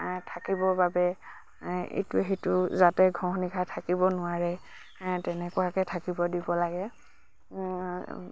থাকিবৰ বাবে ইটোৱে সিটোক যাতে ঘঁহনি খাই থাকিব নোৱাৰে তেনেকুৱাকৈ থাকিব দিব লাগে